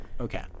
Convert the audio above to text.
Okay